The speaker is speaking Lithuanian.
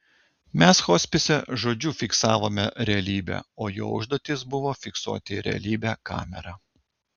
mes hospise žodžiu fiksavome realybę o jo užduotis buvo fiksuoti realybę kamera